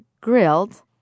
grilled